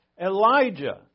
Elijah